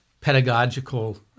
Pedagogical